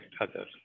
others